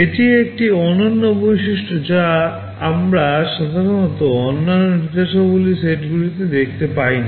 এটি একটি অনন্য বৈশিষ্ট্য যা আমরা সাধারণত অন্যান্য নির্দেশাবলী সেটগুলিতে দেখতে পাই না